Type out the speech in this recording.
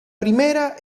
primera